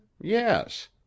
yes